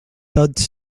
tots